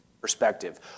perspective